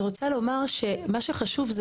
מה שחשוב,